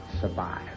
Survive